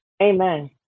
amen